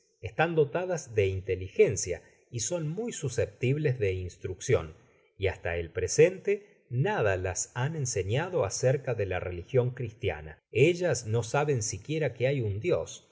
están dotadas de inteligencia y son muy susceptibles de instruccion y hasta el presente nada las han enseñado acerca de la religion cristiana ellas no saben siquiera que hay un dios